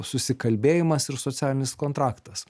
susikalbėjimas ir socialinis kontraktas